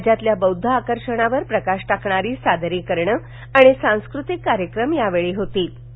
राज्यातल्या बौद्ध आकर्षणावर प्रकाश टाकणार झादरक्रिणं आणि सांस्कृतिक कार्यक्रम या वेळ झीतलि